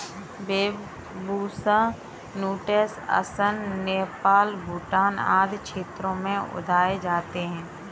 Bambusa nutans Assam, Nepal, Bhutan आदि क्षेत्रों में उगाए जाते है